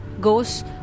goes